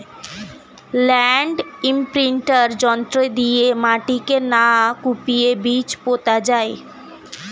land imprinter যন্ত্র দিয়ে মাটিকে না কুপিয়ে বীজ পোতা যায়